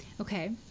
okay